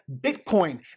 bitcoin